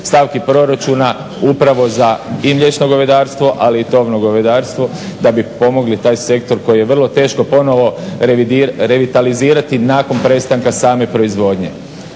stavki proračuna upravo za i mliječno govedarstvo, ali i tovno govedarstvo da bi pomogli taj sektor koji je vrlo teško ponovo revitalizirati nakon prestanka same proizvodnje.